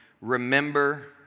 Remember